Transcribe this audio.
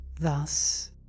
Thus